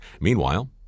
meanwhile